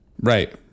Right